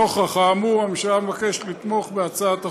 נוכח האמור, הממשלה מבקשת לתמוך בהצעת החוק.